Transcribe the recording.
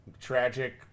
tragic